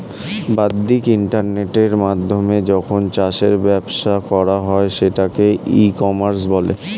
বাদ্দিক ইন্টারনেটের মাধ্যমে যখন চাষের ব্যবসা করা হয় সেটাকে ই কমার্স বলে